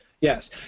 yes